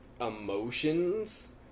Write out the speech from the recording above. emotions